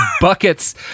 buckets